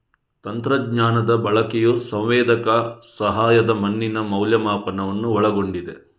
ತಂತ್ರಜ್ಞಾನದ ಬಳಕೆಯು ಸಂವೇದಕ ಸಹಾಯದ ಮಣ್ಣಿನ ಮೌಲ್ಯಮಾಪನವನ್ನು ಒಳಗೊಂಡಿದೆ